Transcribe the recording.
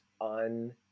un-